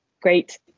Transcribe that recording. great